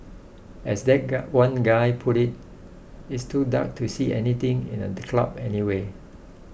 as that guy one guy put it it's too dark to see anything in a the club anyway